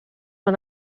van